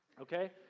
Okay